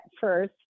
first